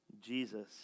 Jesus